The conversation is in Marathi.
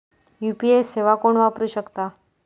यू.पी.आय सेवा कोण वापरू शकता?